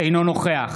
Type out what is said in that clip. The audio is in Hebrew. אינו נוכח